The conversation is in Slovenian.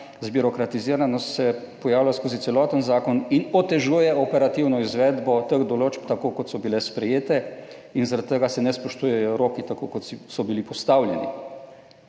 zbirokratiziranost se pojavlja skozi celoten zakon in otežuje operativno izvedbo teh določb tako kot so bile sprejete in zaradi tega se ne spoštujejo roki tako kot so bili postavljeni.